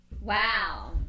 Wow